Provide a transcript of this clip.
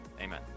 amen